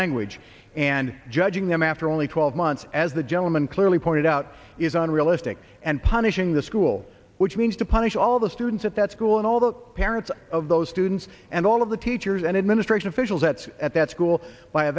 language and judging them after only twelve months as the gentleman clearly pointed out is unrealistic and punishing the school which means to punish all the students at that school and all the parents of those students and all of the teachers and administration officials that's at that school by